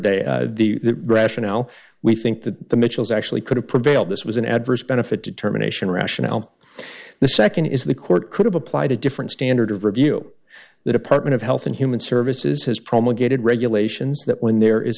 they the rationale we think that the mitchells actually could have prevailed this was an adverse benefit determination rationale the nd is the court could have applied a different standard of review the department of health and human services has promulgated regulations that when there is